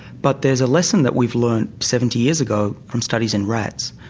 but there's a lesson that we've learned seventy years ago from studies in rats,